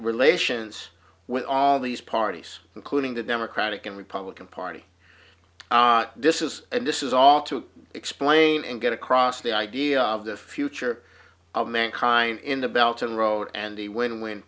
relations with all these parties including the democratic and republican party this is and this is all to explain and get across the idea of the future of mankind in the belt of the road and the win win